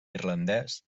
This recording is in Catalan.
irlandès